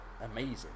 amazing